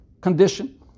condition